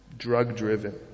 Drug-driven